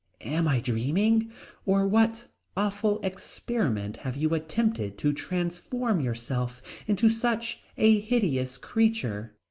am i dreaming or what awful experiment have you attempted to transform yourself into such a hideous creature?